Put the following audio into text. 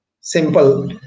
simple